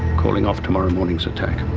calling off tomorrow morning's attack.